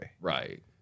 Right